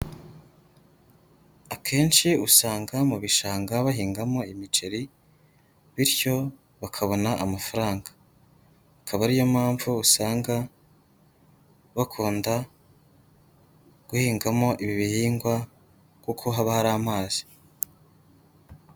Akenshi usanga mu bishanga bahingamo imiceri bityo bakabona amafaranga. Akaba ari yo mpamvu usanga bakunda guhingamo ibi bihingwa, kuko haba hari amazi.